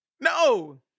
No